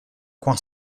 coin